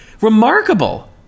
remarkable